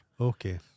Okay